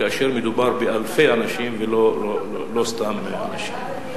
כאשר מדובר באלפי אנשים ולא סתם אנשים.